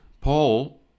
Paul